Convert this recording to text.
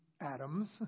atoms